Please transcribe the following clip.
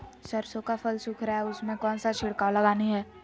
सरसो का फल सुख रहा है उसमें कौन सा छिड़काव लगानी है?